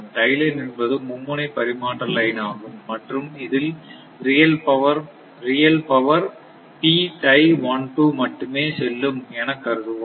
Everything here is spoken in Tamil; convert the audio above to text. டை லைன் என்பது ஒரு மும்முனை பரிமாற்ற லைன் ஆகும் மற்றும் இதில் ரியல் பவர் மட்டுமே செல்லும் எனக் கருதுவோம்